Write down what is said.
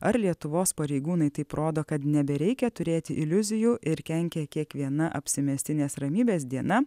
ar lietuvos pareigūnai taip rodo kad nebereikia turėti iliuzijų ir kenkia kiekviena apsimestinės ramybės diena